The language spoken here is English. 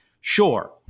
Sure